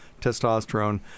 testosterone